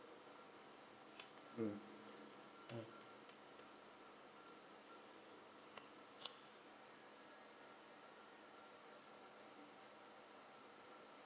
mm mm